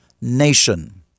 nation